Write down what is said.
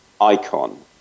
icon